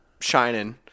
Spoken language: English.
shining